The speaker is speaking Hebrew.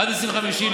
עד 25 באוגוסט.